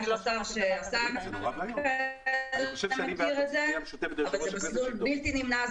והשר --- אבל זה מסלול בלתי נמנע.